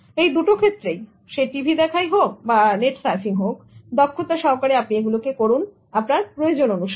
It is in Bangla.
এই দুটো ক্ষেত্রেই সে টিভি দেখাই হোক বা নেট সার্ফিং হোক দক্ষতা সহকারে আপনি এগুলোকে করুন আপনার প্রয়োজন অনুসারে